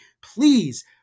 please